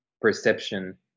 perception